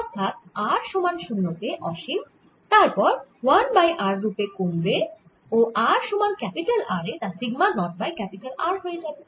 অর্থাৎ r সমান 0 তে অসীম তারপর 1 বাই r রুপে কমবে ও r সমান ক্যাপিটাল R এ তা সিগমা নট বাই R হয়ে যাবে